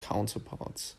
counterparts